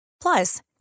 Plus